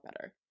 better